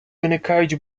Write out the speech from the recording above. виникають